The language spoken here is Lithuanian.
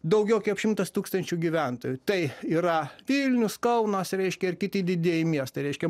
daugiau kaip šimtas tūkstančių gyventojų tai yra vilnius kaunas reiškia ir kiti didieji miestai reiškia